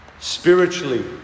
spiritually